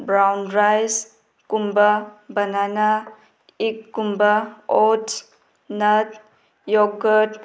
brown rice ꯀꯨꯝꯕ ꯕꯅꯥꯅꯥ ꯏꯛꯀꯨꯝꯕ ꯑꯣꯠꯁ ꯅꯠ ꯌꯣꯛꯀꯠ